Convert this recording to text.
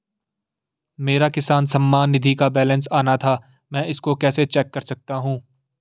मेरा किसान सम्मान निधि का बैलेंस आना था मैं इसको कैसे चेक कर सकता हूँ?